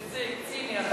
איציק, אתה ציני.